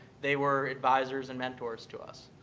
they were advisers and mentors to us.